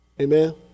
Amen